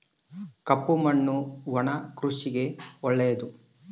ಕಪ್ಪು ಮಣ್ಣು ಒಣ ಕೃಷಿಗೆ ಒಳ್ಳೆಯದು